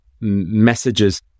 messages